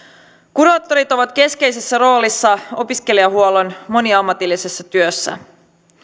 kuraattorit ovat keskeisessä roolissa opiskelijahuollon moniammatillisessa työssä